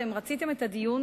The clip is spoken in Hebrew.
אתם רציתם את הדיון,